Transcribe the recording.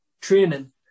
Training